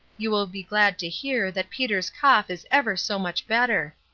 you will be glad to hear that peter's cough is ever so much better.